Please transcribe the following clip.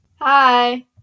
Hi